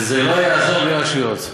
זה לא יעזור, הרב אשר.